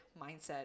mindset